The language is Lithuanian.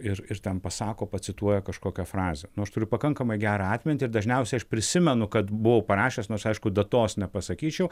ir ir ten pasako pacituoja kažkokią frazę nu aš turiu pakankamai gerą atmintį ir dažniausiai aš prisimenu kad buvau parašęs nors aišku datos nepasakyčiau